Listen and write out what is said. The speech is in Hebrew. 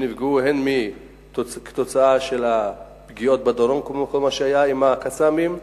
שנפגעו הן כתוצאה מהפגיעות בדרום, ה"קסאמים",